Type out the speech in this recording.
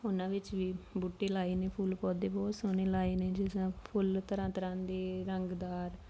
ਉਨ੍ਹਾਂ ਵਿੱਚ ਵੀ ਬੂਟੇ ਲਾਏ ਨੇ ਫੁੱਲ ਪੌਦੇ ਬਹੁਤ ਸੋਹਣੇ ਲਾਏ ਨੇ ਜਿਸ ਤਰ੍ਹਾਂ ਫੁੱਲ ਤਰਾਂ ਤਰਾਂ ਦੇ ਰੰਗਦਾਰ